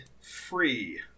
free